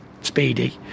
speedy